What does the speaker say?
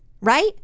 right